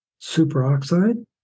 superoxide